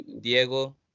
Diego